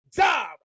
job